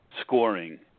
scoring